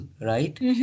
right